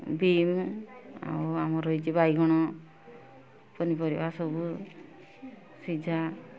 beam ଆଉ ଆମର ହେଇଛି ବାଇଗଣ ପନିପରିବା ସବୁ ସିଝା